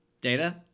Data